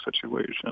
situation